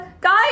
guys